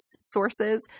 sources